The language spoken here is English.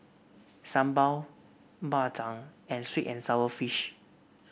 sambal Bak Chang and sweet and sour fish